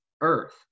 earth